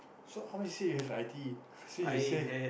so how much you say you have i d so you say